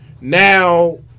now